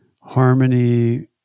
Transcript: Harmony